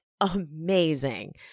amazing